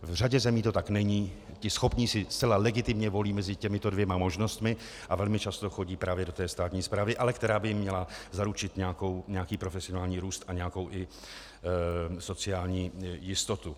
V řadě zemí to tak není, ti schopní si zcela legitimně volí mezi těmito dvěma možnostmi a velmi často chodí právě do státní správy, ale která by jim měla zaručit nějaký profesionální růst a nějakou i sociální jistotu.